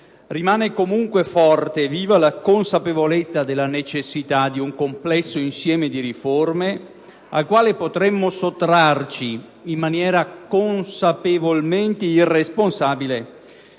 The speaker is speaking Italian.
Rimane comunque forte e viva la consapevolezza della necessità di un complesso insieme di riforme, al quale potremmo sottrarci - in maniera consapevolmente irresponsabile